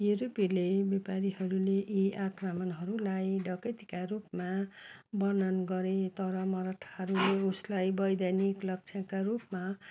युरोपेली व्यापारीहरूले यी आक्रमणहरूलाई डकैतीका रूपमा वर्णन गरे तर मराठाहरूले उसलाई वैधानिक लक्ष्यका रूपमा